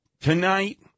Tonight